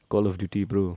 call of duty bro